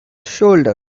shoulder